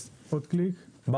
זה מה